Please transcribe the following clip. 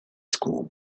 school